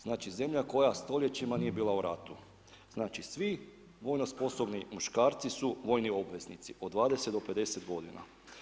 Znači zemlja koja stoljećima nije bila u ratu, znači svi vojno sposobni muškarci su vojni obveznici, od 20 do 50 godina.